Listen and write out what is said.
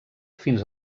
fins